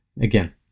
Again